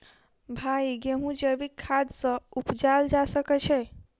भाई गेंहूँ जैविक खाद सँ उपजाल जा सकै छैय?